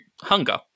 hunger